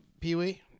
Pee-wee